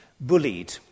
bullied